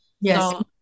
Yes